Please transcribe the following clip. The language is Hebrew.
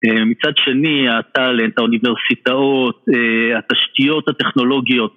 מצד שני, הטאלנט, האוניברסיטאות, התשתיות הטכנולוגיות.